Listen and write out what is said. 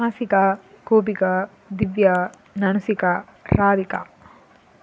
Ashika Gopika Divya Nanushika Radhika